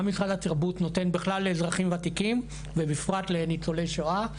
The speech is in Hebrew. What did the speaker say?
משרד התרבות נותן בכלל לאזרחים ותיקים ובפרט לניצולי שואה,